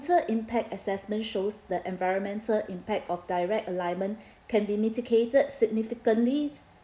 the impact assessment shows the environmental impact of direct alignment can be mitigated significantly